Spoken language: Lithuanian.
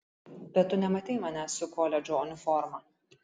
bet tu nematei manęs su koledžo uniforma